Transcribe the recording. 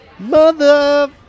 Mother